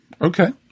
Okay